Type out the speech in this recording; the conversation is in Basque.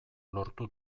lortu